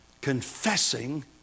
confessing